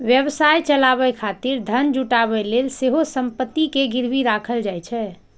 व्यवसाय चलाबै खातिर धन जुटाबै लेल सेहो संपत्ति कें गिरवी राखल जाइ छै